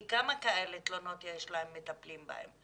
כי כמה כאלה תלונות יש להם והם מטפלים בהן?